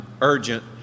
urgent